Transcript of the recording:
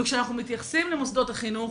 וכשאנחנו מתייחסים למוסדות החינוך,